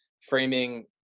framing